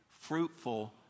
fruitful